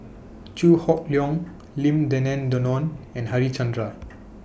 Chew Hock Leong Lim Denan Denon and Harichandra